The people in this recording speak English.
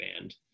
band